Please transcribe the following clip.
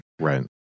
Right